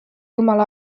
jumala